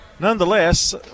Nonetheless